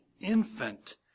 infant